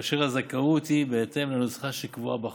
כאשר הזכאות היא בהתאם לנוסחה שקבועה בחוק.